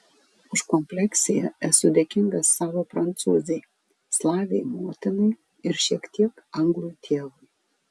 už kompleksiją esu dėkingas savo prancūzei slavei motinai ir šiek tiek anglui tėvui